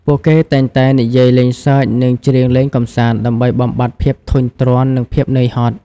ពួកគេតែងតែនិយាយលេងសើចនិងច្រៀងលេងកម្សាន្តដើម្បីបំបាត់ភាពធុញទ្រាន់និងភាពនឿយហត់។